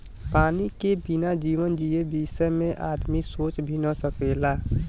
पानी के बिना जीवन जिए बिसय में आदमी सोच भी न सकेला